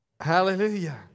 Hallelujah